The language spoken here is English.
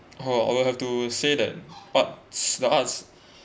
!huh! I'll have to say that arts the arts